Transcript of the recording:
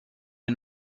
est